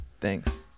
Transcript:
thanks